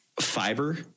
fiber